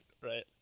Right